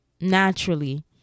naturally